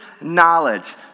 knowledge